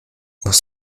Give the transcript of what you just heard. was